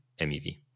MEV